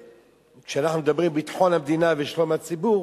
כשאנחנו מדברים על ביטחון המדינה ושלום הציבור,